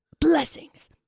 Blessings